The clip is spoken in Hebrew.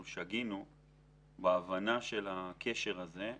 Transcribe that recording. שגינו בהבנה של הקשר הזה.